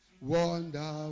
wonder